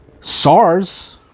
SARS